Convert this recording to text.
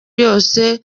yose